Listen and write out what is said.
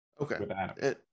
okay